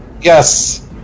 Yes